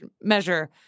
measure